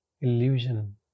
illusion